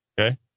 okay